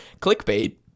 clickbait